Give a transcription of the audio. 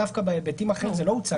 דווקא בהיבטים אחרים זה לא הוצג.